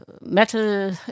metal